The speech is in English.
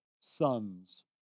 sons